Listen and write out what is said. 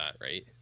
right